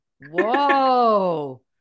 Whoa